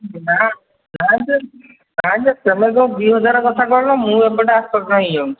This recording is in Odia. ନା ନା ଯେ ନା ଯେ ତୁମେ ଯେଉଁ ଦୁଇହଜାର କଥା କହିଲ ମୁଁ ଏପଟେ ଆଶ୍ଚର୍ଯ୍ୟ ହେଇଯାଉଛି